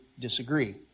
disagree